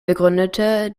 begründete